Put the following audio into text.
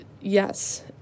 yes